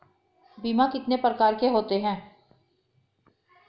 बीमा कितने प्रकार के होते हैं?